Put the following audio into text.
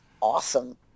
awesome